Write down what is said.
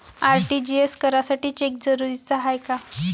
RTGS करासाठी cheque जरुरीचा हाय काय?